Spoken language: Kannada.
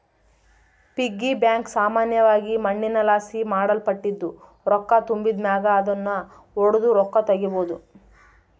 ಪಿಗ್ಗಿ ಬ್ಯಾಂಕ್ ಸಾಮಾನ್ಯವಾಗಿ ಮಣ್ಣಿನಲಾಸಿ ಮಾಡಲ್ಪಟ್ಟಿದ್ದು, ರೊಕ್ಕ ತುಂಬಿದ್ ಮ್ಯಾಗ ಅದುನ್ನು ಒಡುದು ರೊಕ್ಕ ತಗೀಬೋದು